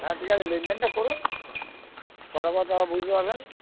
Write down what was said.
হ্যাঁ ঠিক আছে লেনদেনটা করুন করার পর তারপর বুঝতে পারবেন